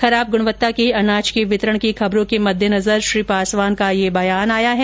खराब गुणवत्ता के अनाज के वितरण की खबरों के मद्देनजर श्री पासवान का यह बयान आया है